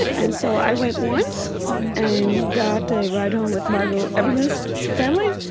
and so i went once and got a ride home with margot evermann's family,